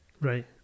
Right